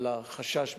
על החשש מהאיום,